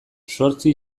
zortzi